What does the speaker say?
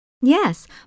Yes